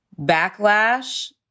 backlash